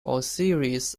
osiris